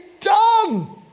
done